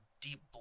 deep